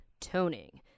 toning